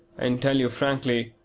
and tell you frankly,